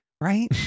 right